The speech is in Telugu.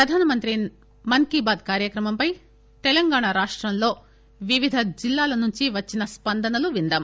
ప్రధానమంత్రి మన్ కీ బాత్ కార్యక్రమం పై తెలంగాణా రాష్టంలో వివిధ జిల్లాల నుంచి వచ్చిన స్పందనలు విందాం